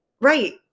Right